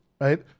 right